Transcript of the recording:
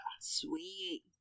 Sweet